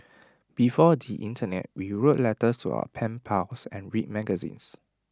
before the Internet we wrote letters to our pen pals and read magazines